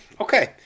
Okay